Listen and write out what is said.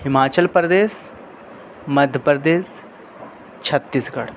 ہماچل پردیش مدھیہ پردیش چھتیس گڑھ